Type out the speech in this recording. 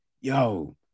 Yo